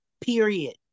period